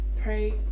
Pray